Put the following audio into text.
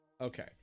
okay